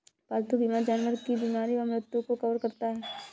पालतू बीमा जानवर की बीमारी व मृत्यु को कवर करता है